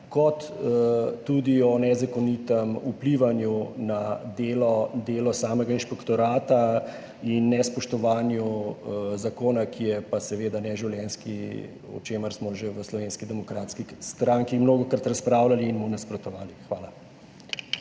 kot tudi o nezakonitem vplivanju na delo samega inšpektorata in nespoštovanju zakona, ki je pa seveda neživljenjski, o čemer smo že v Slovenski demokratski stranki mnogokrat razpravljali in mu nasprotovali. Hvala.